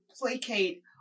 placate